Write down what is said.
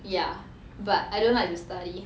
ya but I don't like to study